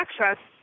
access